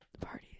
Parties